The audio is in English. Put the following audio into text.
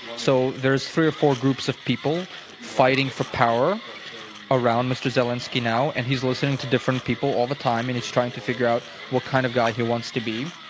so there's three or four groups of people fighting for power around mr. zelinsky now, and he's listening to different people all the time, and he's trying to figure out what kind of guy he wants to be.